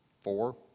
four